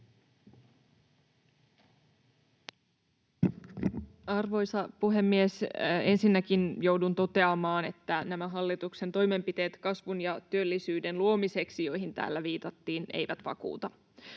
Arvoisa puhemies! Ensinnäkin joudun toteamaan, että nämä hallituksen toimenpiteet kasvun ja työllisyyden luomiseksi, joihin täällä viitattiin, eivät vakuuta.